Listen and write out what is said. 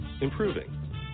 improving